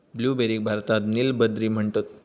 ब्लूबेरीक भारतात नील बद्री म्हणतत